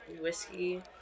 whiskey